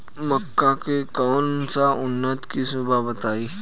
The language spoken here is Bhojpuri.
मक्का के कौन सा उन्नत किस्म बा बताई?